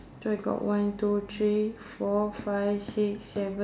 so I got one two three four five six seven